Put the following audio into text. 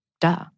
duh